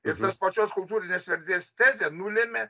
ir tas pačios kultūrinės vertės tezė nulėmė